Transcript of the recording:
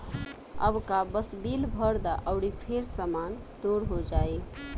अबका बस बिल भर द अउरी फेर सामान तोर हो जाइ